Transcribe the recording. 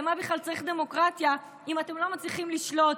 למה בכלל צריך דמוקרטיה אם אתם לא מצליחים לשלוט,